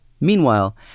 Meanwhile